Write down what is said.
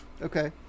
Okay